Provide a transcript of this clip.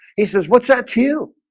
he says, what's that to you?